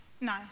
No